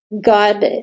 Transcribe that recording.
God